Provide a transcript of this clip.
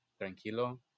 tranquilo